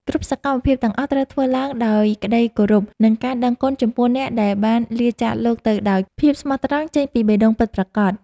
គ្រប់សកម្មភាពទាំងអស់ត្រូវធ្វើឡើងដោយក្តីគោរព និងការដឹងគុណចំពោះអ្នកដែលបានលាចាកលោកទៅដោយភាពស្មោះត្រង់ចេញពីបេះដូងពិតប្រាកដ។